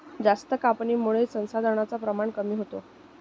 जास्त कापणीमुळे संसाधनांचे प्रमाण कमी होते